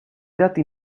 dati